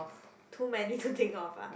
too many to think of ah